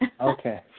Okay